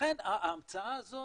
ההמצאה הזאת